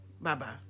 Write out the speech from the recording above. bye-bye